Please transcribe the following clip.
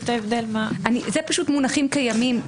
אלה מונחים קיימים.